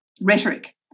rhetoric